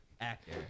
actor